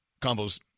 Combo's